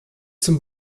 zum